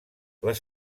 les